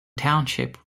township